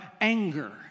anger